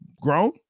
grown